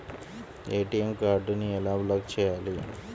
ATM కార్డుని ఎలా block చేయాలి?